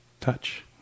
touch